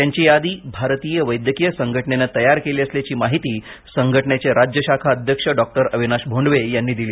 त्यांची यादी भारतीय वैद्यकीय संघटनेनं तयार केली असल्याची माहिती संघटनेचे राज्य शाखा अध्यक्ष डॉक्टर अविनाश भोंडवे यांनी दिली